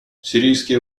сирийские